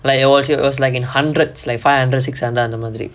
like it was it was like an hundreds like five hundred six hundred அந்த மாதிரி:antha maathiri